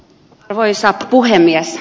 arvoisa puhemies